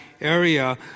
area